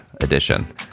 edition